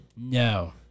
No